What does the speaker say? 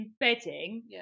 embedding